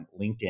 LinkedIn